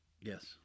yes